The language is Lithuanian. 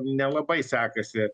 nelabai sekasi